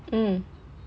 mm